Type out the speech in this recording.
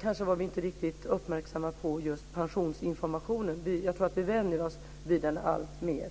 Kanske var vi inte riktigt uppmärksamma på just pensionsinformationen. Jag tror att vi vänjer oss vid den alltmer.